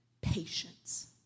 Patience